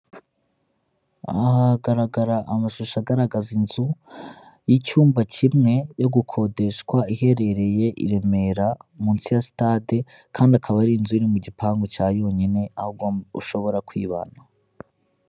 Aha hagaragara amashusho agaragaza inzu y'icyumba kimwe, yo gukodeshwa, iherereye i Remera, munsi ya sitade, kandi akaba ari inzu iri mu gipangu cya yonyine, aho ushobora kwibana.